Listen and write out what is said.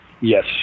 Yes